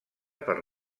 per